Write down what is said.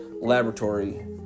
laboratory